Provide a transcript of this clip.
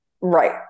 Right